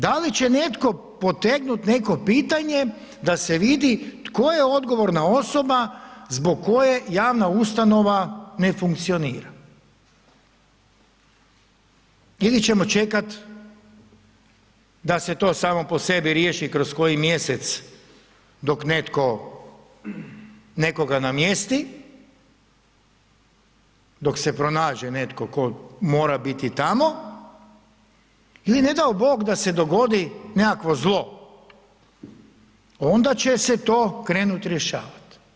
Da li će netko potegnuti neko pitanje da se vidi tko je odgovorna osoba zbog koje javna ustanova ne funkcionira ili ćemo čekati da se to samo po sebi riješi kroz koji mjesec dok netko nekoga namjesti, dok se pronađe netko tko mora biti tamo ili ne dao Bog da se dogodi nekakvo zlo onda će se to krenuti rješavati.